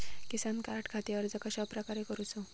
किसान कार्डखाती अर्ज कश्याप्रकारे करूचो?